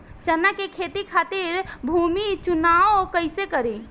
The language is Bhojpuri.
चना के खेती खातिर भूमी चुनाव कईसे करी?